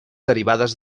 derivades